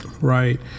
Right